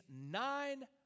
nine